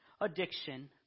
addiction